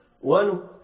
One